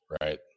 right